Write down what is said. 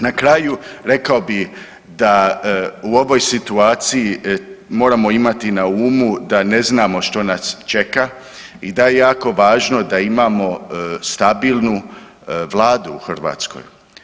Na kraju rekao bi da u ovoj situaciji moramo imati na umu da ne znamo što nas čeka i da je jako važno da imamo stabilnu vladu u Hrvatskoj.